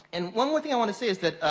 and one more thing i wanna say,